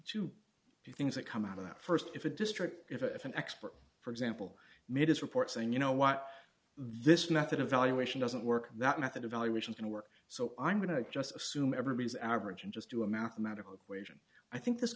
wo things that come out of that st if a district if an expert for example made his report saying you know what this method evaluation doesn't work that method evaluation can work so i'm going to just assume everybody's average and just do a mathematical equation i think this